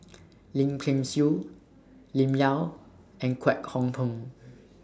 Lim Kay Siu Lim Yau and Kwek Hong Png